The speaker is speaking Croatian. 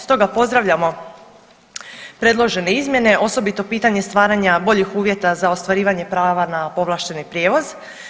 Stoga pozdravljamo predložene izmjene, osobito pitanje stvaranja boljih uvjeta za ostvarivanje prava na povlašteni prijevoz.